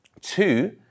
two